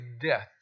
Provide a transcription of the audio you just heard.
death